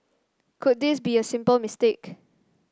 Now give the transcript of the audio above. could this be a simple mistake